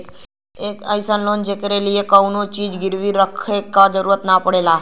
एक अइसन लोन जेकरे लिए कउनो चीज गिरवी रखे क जरुरत न पड़ला